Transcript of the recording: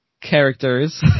characters